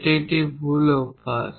এটি একটি ভুল অভ্যাস